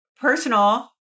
personal